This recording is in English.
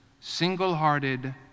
single-hearted